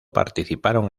participaron